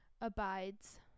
abides